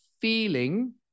feeling